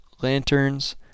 lanterns